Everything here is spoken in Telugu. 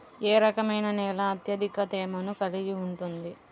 ఏ రకమైన నేల అత్యధిక తేమను కలిగి ఉంటుంది?